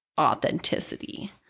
authenticity